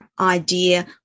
idea